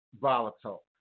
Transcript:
volatile